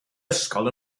ysgol